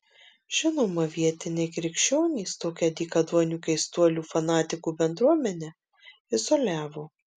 žinoma vietiniai krikščionys tokią dykaduonių keistuolių fanatikų bendruomenę izoliavo